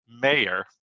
mayor